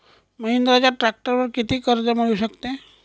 महिंद्राच्या ट्रॅक्टरवर किती कर्ज मिळू शकते?